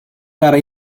gara